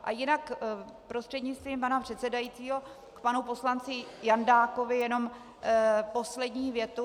A jinak prostřednictvím pana předsedajícího k panu poslanci Jandákovi jenom poslední větu.